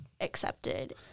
accepted